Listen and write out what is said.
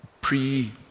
pre-